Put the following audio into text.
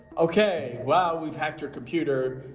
ok, well, we've hacked your computer.